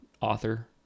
author